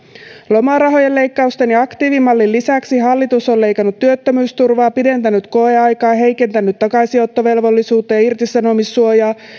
lomarahojen leikkausten ja aktiivimallin lisäksi hallitus on leikannut työttömyysturvaa pidentänyt koeaikaa sekä heikentänyt takaisinottovelvollisuutta ja irtisanomissuojaa